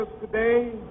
today